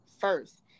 first